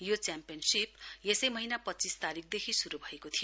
यो च्याम्पियनशीप यसै महीना पञ्चीस तारीकदेखि शुरु भएको थियो